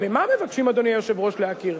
במה מבקשים, אדוני היושב-ראש, להכיר?